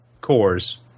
cores